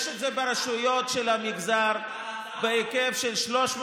יש את זה ברשויות של המגזר בהיקף של 310